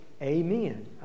Amen